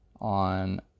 on